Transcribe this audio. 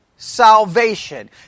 salvation